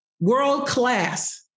world-class